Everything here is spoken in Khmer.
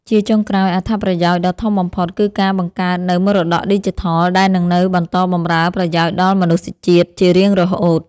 ជាចុងក្រោយ អត្ថប្រយោជន៍ដ៏ធំបំផុតគឺការបង្កើតនូវមរតកឌីជីថល ដែលនឹងនៅបន្តបម្រើប្រយោជន៍ដល់មនុស្សជាតិជារៀងរហូត។